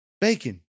bacon